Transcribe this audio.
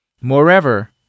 Moreover